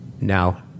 Now